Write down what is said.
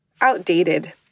outdated